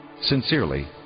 Sincerely